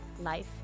life